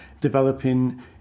developing